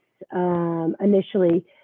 Initially